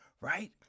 Right